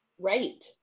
Right